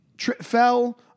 Fell